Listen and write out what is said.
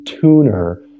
tuner